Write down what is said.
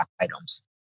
items